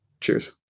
Cheers